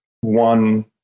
one